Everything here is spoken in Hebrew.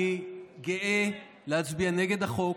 אני גאה להצביע נגד החוק,